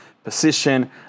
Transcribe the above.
Position